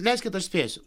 leiskit aš spėsiu